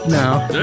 now